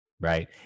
Right